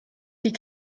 die